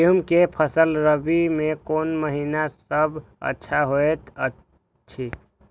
गेहूँ के फसल रबि मे कोन महिना सब अच्छा होयत अछि?